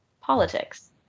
politics